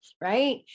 right